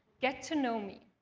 get to know me.